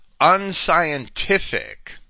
unscientific